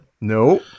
no